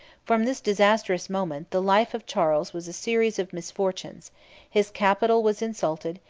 from this disastrous moment, the life of charles was a series of misfortunes his capital was insulted,